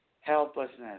helplessness